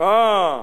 אה,